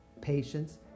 patience